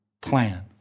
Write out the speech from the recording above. plan